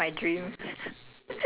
ya ya okay okay